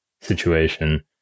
situation